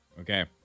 Okay